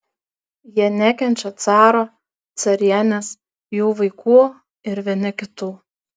jie nekenčia caro carienės jų vaikų ir vieni kitų